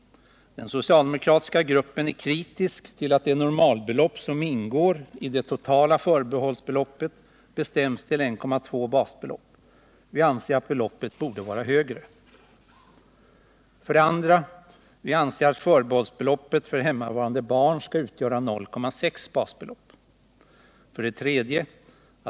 Den socialdemokratiska gruppen är kritisk till att det normalbelopp som ingår i det totala förbehållsbeloppet bestäms till 1,2 basbelopp. Vi anser att beloppet borde vara högre. 2. Vi anser att förbehållsbeloppet för hemmavarande barn skall utgöra 0,6 basbelopp. 3.